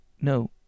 No